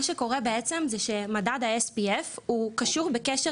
מה שקורה בעצם זה מדד ה-SPF הוא קשור בקשר